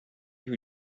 who